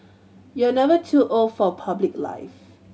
you are never too old for public life